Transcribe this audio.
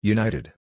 United